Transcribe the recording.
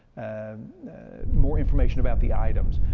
and more information about the items.